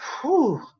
whew